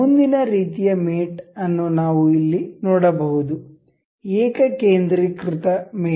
ಮುಂದಿನ ರೀತಿಯ ಮೇಟ್ ಅನ್ನು ನಾವು ಇಲ್ಲಿ ನೋಡಬಹುದು ಏಕಕೇಂದ್ರೀಕೃತ ಮೇಟ್